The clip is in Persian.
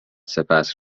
سپس